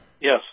Yes